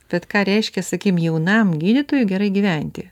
bet ką reiškia sakykim jaunam gydytojui gerai gyventi